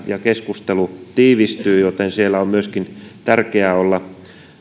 ja kanssakäyminen tiivistyy joten siellä on tärkeää myöskin olla